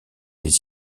les